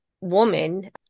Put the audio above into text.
woman